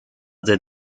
did